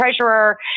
treasurer